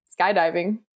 skydiving